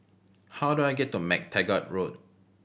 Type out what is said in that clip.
how do I get to MacTaggart Road